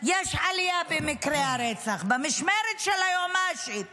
יש עלייה במקרי הרצח, במשמרת של היועמ"שית,